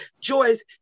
joys